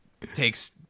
takes